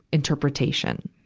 interpretation.